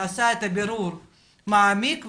עשה את הבירור המעמיק,